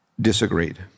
disagreed